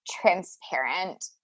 transparent